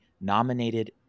nominated